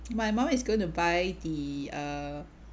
my mom is going to buy the err